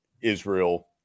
Israel